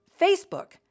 Facebook